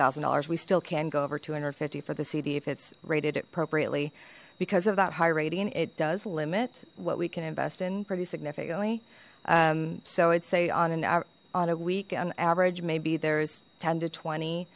thousand dollars we still can go over two hundred and fifty for the cd if it's rated appropriately because of that high rating it does limit what we can invest in pretty significantly so it's say on an on a week on average maybe there's ten to twenty